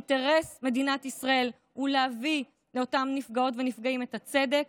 האינטרס של מדינת ישראל הוא להביא לאותם נפגעות ונפגעים את הצדק,